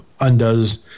undoes